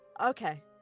Okay